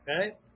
okay